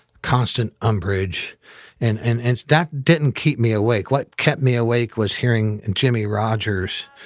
constant umbrage and, and and that didn't keep me awake. what kept me awake was hearing jimmie rodgers,